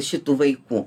šitų vaikų